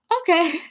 Okay